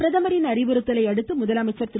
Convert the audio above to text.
பிரதமரின் அறிவுறுத்தலை அடுத்து முதலமைச்சர் திரு